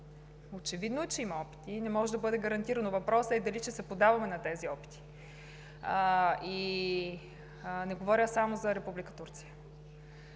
очевидно е, че има опити и не може да бъде гарантирана. Въпросът е дали ще се поддаваме на тези опити и не говоря само за Република